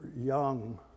young